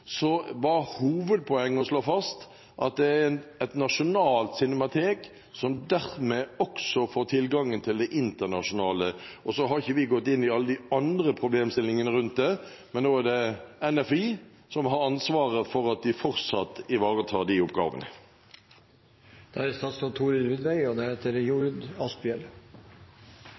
så var hovedpoenget å slå fast at et nasjonalt cinematek dermed også får tilgangen til det internasjonale. Så har ikke vi gått inn i alle de andre problemstillingene rundt det, men nå er det NFI som har ansvaret for at de fortsatt ivaretar de oppgavene. Noen veldig korte kommentarer på tampen av debatten. For det